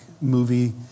movie